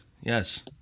Yes